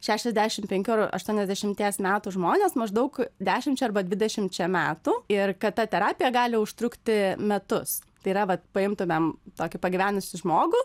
šešiasdešim penkių ar aštuoniasdešimties metų žmones maždaug dešimčia arba dvidešimčia metų ir kad ta terapija gali užtrukti metus tai yra vat paimtumėm tokį pagyvenusį žmogų